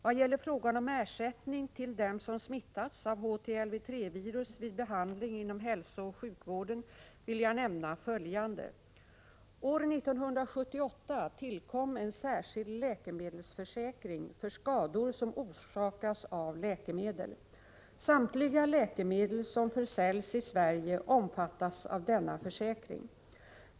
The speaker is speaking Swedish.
Vad gäller frågan om ersättning till dem som smittats av HTLV-III-virus vid behandling inom hälsooch sjukvården vill jag nämna följande. År 1978 tillkom en särskild läkemedelsförsäkring för skador som orsakats av läkemedel. Samtliga läkemedel som försäljs i Sverige omfattas av denna försäkring.